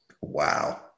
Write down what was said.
wow